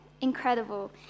Incredible